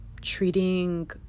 treating